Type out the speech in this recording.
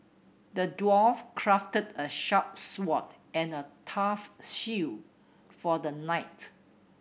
the dwarf crafted a sharp sword and a tough shield for the knight